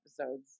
episodes